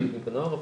גם ילדים ונוער,